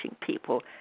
people